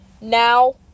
now